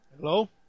Hello